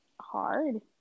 hard